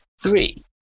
Three